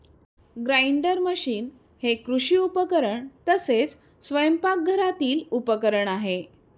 grinder machine हे कृषी उपकरण तसेच स्वयंपाकघरातील उपकरण आहे